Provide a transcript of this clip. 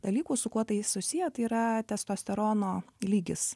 dalykų su kuo tai susiję tai yra testosterono lygis